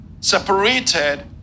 Separated